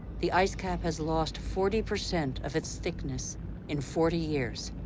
the ice cap has lost forty percent of its thickness in forty years.